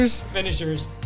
Finishers